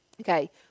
Okay